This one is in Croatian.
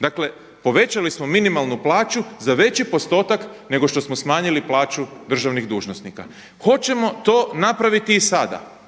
Dakle povećali smo minimalnu plaću za veći postotak nego što smo smanjili plaću državnih dužnosnika. Hoćemo to napraviti i sada.